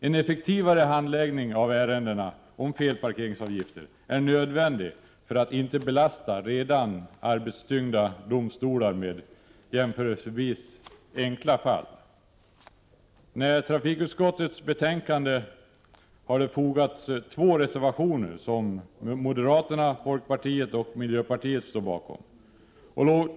En effektivare handläggning av ärendena om felparkeringsavgifter är nödvändig för att inte belasta redan arbetstyngda domstolar med jämförelsevis enkla fall. Till trafikutskottets betänkande har det fogats två reservationer som moderaterna, folkpartiet och miljöpartiet står bakom.